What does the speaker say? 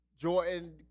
Jordan